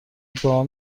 دعا